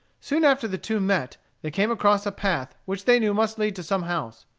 soon after the two met they came across a path which they knew must lead to some house.